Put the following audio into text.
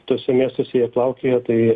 tuose miestuose jie plaukioja tai